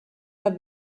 der